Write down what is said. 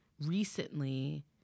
recently